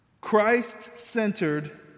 Christ-centered